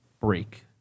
break